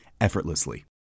effortlessly